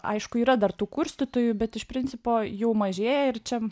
aišku yra dar tų kurstytojų bet iš principo jau mažėja ir čia